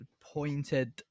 pointed